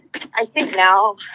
i think now,